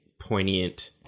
poignant